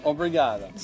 Obrigada